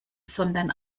sondern